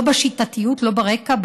לא בשיטתיות ולא ברקע,